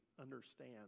understand